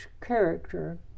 character